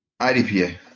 IDPA